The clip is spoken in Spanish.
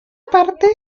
parte